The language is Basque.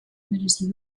merezi